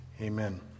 Amen